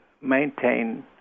maintain